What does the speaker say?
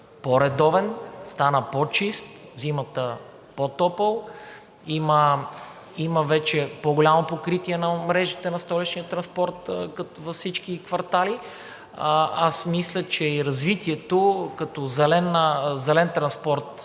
по-редовен, по-чист, зимата по-топъл, има вече по-голямо покритие на мрежите на Столичния транспорт за всички квартали. Аз мисля, че и развитието като зелен транспорт